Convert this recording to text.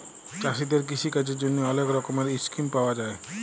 চাষীদের কিষিকাজের জ্যনহে অলেক রকমের ইসকিম পাউয়া যায়